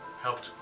helped